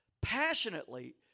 passionately